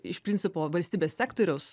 iš principo valstybės sektorius